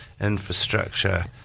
infrastructure